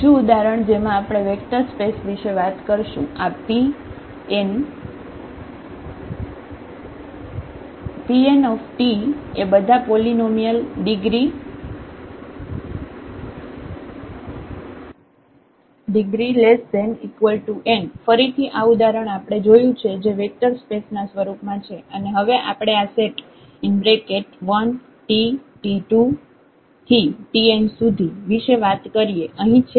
બીજું ઉદાહરણ જેમાં આપણે વેક્ટર સ્પેસ વિષે વાત કરશું આ Pnt એ બધા પોલીનોમિયલ ડિગ્રી n ફરીથી આ ઉદાહરણ આપણે જોયું છે જે વેક્ટર સ્પેસ ના સ્વરૂપ માં છે અને હવે આપણે આ સેટ 1tt2tn વિશે વાત કરીએ અહીં છે